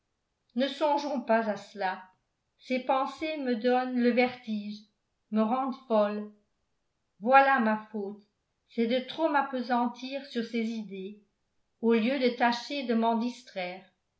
ne songeons pas à cela ces pensées me donnent le vertige me rendent folle voilà ma faute c'est de trop m'appesantir sur ces idées au lieu de tâcher de m'en distraire